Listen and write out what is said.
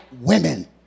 women